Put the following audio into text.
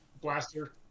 Blaster